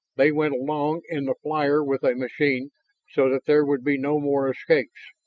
they went along in the flyer with a machine so that there would be no more escapes.